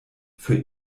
für